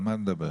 על מה את מדברת?